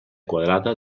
quadrada